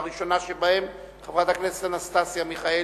הראשונה, חברת הכנסת אנסטסיה מיכאלי,